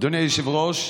אדוני היושב-ראש,